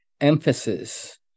emphasis